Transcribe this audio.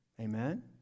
Amen